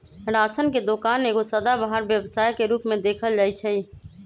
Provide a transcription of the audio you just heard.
ration के दोकान एगो सदाबहार व्यवसाय के रूप में देखल जाइ छइ